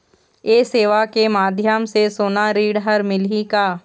ये सेवा के माध्यम से सोना ऋण हर मिलही का?